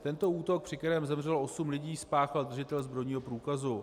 Tento útok, při kterém zemřelo osm lidí, spáchal držitel zbrojního průkazu.